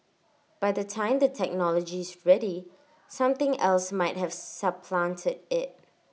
by the time the technology is ready something else might have supplanted IT